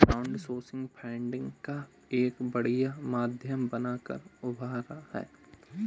crowdsourcing funding का एक बढ़िया माध्यम बनकर उभरा है